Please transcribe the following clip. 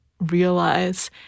realize